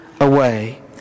away